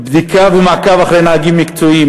בדיקה ומעקב אחרי נהגים מקצועיים,